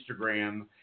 Instagram